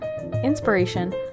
inspiration